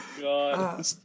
God